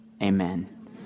amen